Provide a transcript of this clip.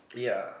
ya